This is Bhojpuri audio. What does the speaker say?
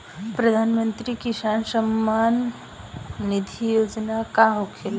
प्रधानमंत्री किसान सम्मान निधि योजना का होखेला?